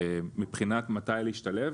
מבחינת מתי להשתלב?